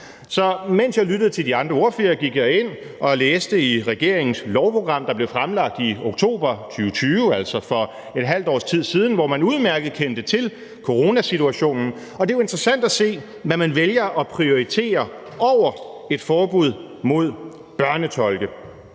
Så mens jeg lyttede til de andre ordførere, gik jeg ind og læste i regeringens lovprogram, der blev fremlagt i oktober 2020, altså for et halvt års tid siden, hvor man udmærket kendte til coronasituationen, og det er jo interessant at se, hvad man vælger at prioritere over et forbud mod børnetolke.